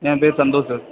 என் பேர் சந்தோஷ் சார்